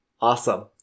Awesome